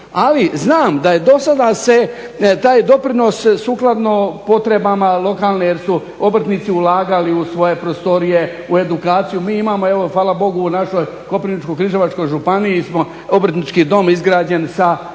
ali znam da se do sada taj doprinos sukladno potrebama lokalne jer su obrtnici ulagali u svoje prostorije, u edukaciju, mi imamo evo hvala Bogu u našoj Koprivničko-križevačkoj županiji obrtnički dom izgrađen sa stručnim,